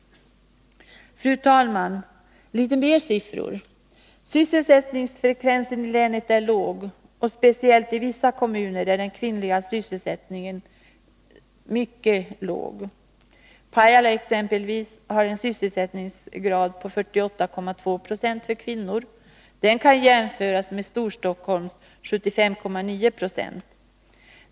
Fru talman! Litet mer siffror. Sysselsättningsfrekvensen i länet är låg, och speciellt i vissa kommuner är den kvinnliga sysselsättningen mycket låg. Pajala exempelvis har en sysselsättningsgrad på 48,2 90 för kvinnor. Den kan jämföras med Storstockholmsområdets 75,9 26.